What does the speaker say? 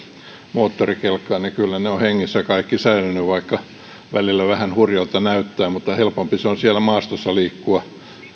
moottorikelkkaan niin kyllä he ovat hengissä kaikki säilyneet vaikka välillä vähän hurjalta näyttää mutta helpompi se on siellä maastossa liikkua